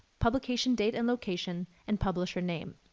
publication date and location, and publisher name.